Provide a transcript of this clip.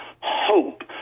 hope